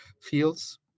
fields